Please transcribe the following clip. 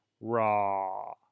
raw